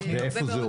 ואיפה זה עומד?